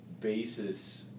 basis